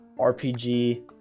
RPG